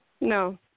no